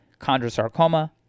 Chondrosarcoma